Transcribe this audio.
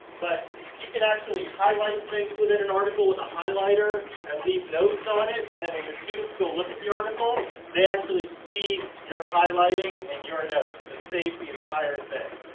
but you can actually highlight things within an article with a highlighter. and leave notes so on it. and then when your students go look at the article they actually see your highlighting and your notes. it saves the entire thing.